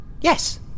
Yes